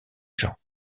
jean